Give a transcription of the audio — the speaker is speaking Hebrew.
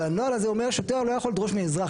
אבל הנוהל הזה אומר ששוטר לא יכול לדרוש מאזרח.